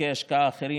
אפיקי השקעה אחרים,